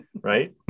Right